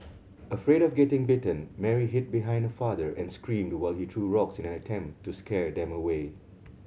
afraid of getting bitten Mary hid behind her father and screamed while he threw rocks in an attempt to scare them away